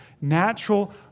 Natural